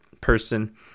person